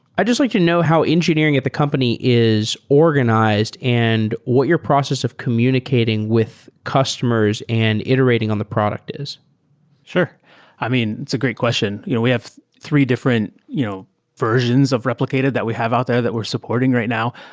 i just like to know how engineering at the company is organized and what your process of communicating with customers and iterating on the product is sure i mean, it's a great question. you know we have three different you know versions of replicated that we have out there that we're supporting right now,